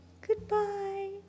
Goodbye